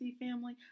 family